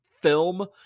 film